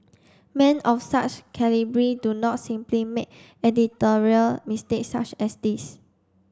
men of such calibre do not simply make editorial mistakes such as this